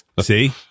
See